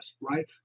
right